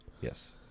Yes